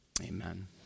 Amen